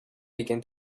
began